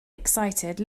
excited